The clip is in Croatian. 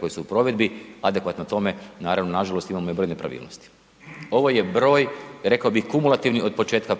koji su u provedbi adekvatno tome naravno, nažalost, imamo i broj nepravilnosti. Ovo je broj, rekao bih kumulativni od početka.